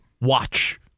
watch